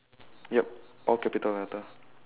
yup all capital letter